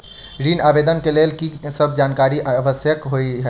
ऋण आवेदन केँ लेल की सब जानकारी आवश्यक होइ है?